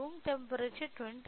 room temperature 28